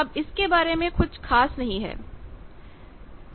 अब इसके बारे में कुछ खास नहीं है